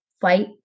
fight